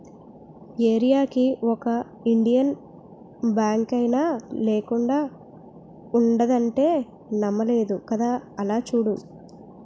ఏరీయాకి ఒక ఇండియన్ బాంకైనా లేకుండా ఉండదంటే నమ్మలేదు కదా అలా చూడు